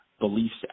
beliefs